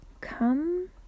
come